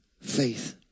faith